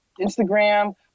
Instagram